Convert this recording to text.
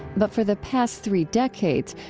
but for the past three decades,